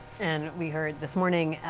and we heard this morning